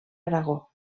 aragó